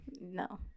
No